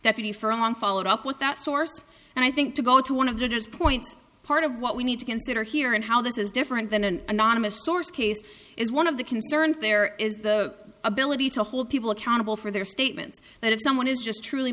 deputy for a long follow up with that source and i think to go to one of the points part of what we need to consider here and how this is different than an anonymous source case is one of the concerns there is the ability to hold people accountable for their statements that if someone is just truly